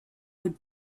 would